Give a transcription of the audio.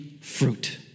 fruit